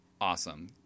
awesome